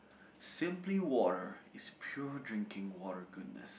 simply water is pure drinking water goodness